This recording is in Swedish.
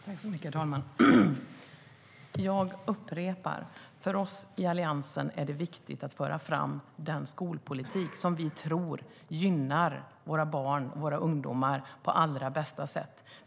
Herr talman! Jag upprepar: För oss i Alliansen är det viktigt att föra fram den skolpolitik som vi tror gynnar våra barn och våra ungdomar på allra bästa sätt.